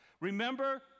Remember